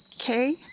Okay